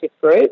group